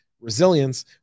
Resilience